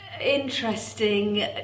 interesting